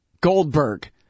Goldberg